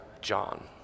John